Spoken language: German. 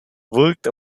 wirkt